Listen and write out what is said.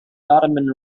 ottoman